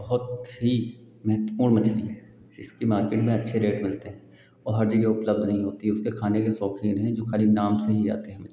बहुत ही महत्वपूर्ण मछली है जिसकी मार्केट में अच्छे रेट मिलते हैं और हर जगह उपलब्ध नहीं होती उसके खाने के शौक़ीन हैं खाली नाम से ही ले आते हैं मछली को